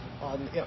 on